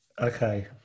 Okay